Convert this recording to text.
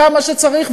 כמה שצריך,